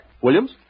Williams